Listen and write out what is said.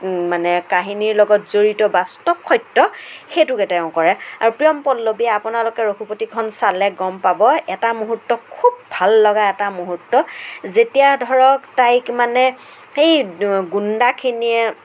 মানে কাহিনীৰ লগত জড়িত বাস্তৱ সত্য সেইটোকে তেওঁ কৰে আৰু প্ৰিয়ম পল্লৱীয়ে আপোনালোকে ৰঘুপতিখন চালে গম পাব এটা মুহূৰ্ত খুব ভাল লগা এটা মুহূৰ্ত যেতিয়া ধৰক তাইক মানে সেই গুণ্ডাখিনিয়ে